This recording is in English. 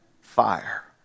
fire